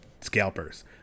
scalpers